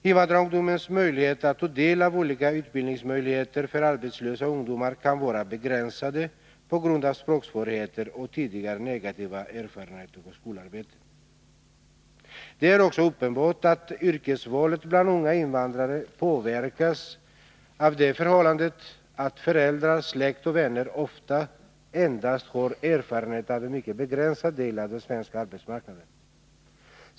Invandrarungdomens möjligheter att ta del av olika utbildningsmöjligheter för arbetslösa ungdomar kan vara begränsade på grund av språksvårigheter och tidigare negativa erfarenheter av skolarbete. Det är också uppenbart att yrkesvalet bland unga invandrare påverkas av det förhållandet att föräldrar, släkt och vänner ofta endast har erfarenhet av en mycket begränsad del av den svenska arbetsmarknaden.